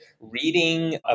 reading